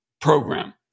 program